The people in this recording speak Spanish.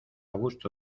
gusto